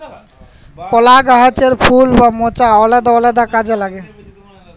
কলা গাহাচের ফুল বা মচা আলেদা আলেদা কাজে লাগে